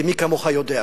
ומי כמוך יודע.